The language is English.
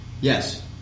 Yes